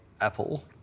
Apple